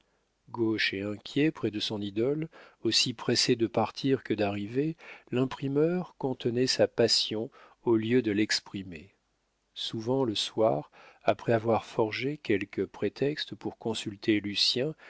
gauche et inquiet près de son idole aussi pressé de partir que d'arriver l'imprimeur contenait sa passion au lieu de l'exprimer souvent le soir après avoir forgé quelque prétexte pour consulter lucien